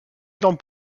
énorme